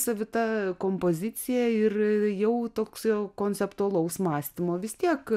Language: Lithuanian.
savita kompozicija ir jau toks jau konceptualaus mąstymo vis tiek